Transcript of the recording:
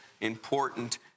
important